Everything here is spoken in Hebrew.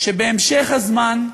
שבהמשך הזמן,